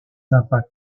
impacts